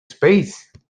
space